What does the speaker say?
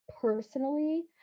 personally